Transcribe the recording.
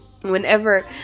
whenever